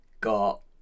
got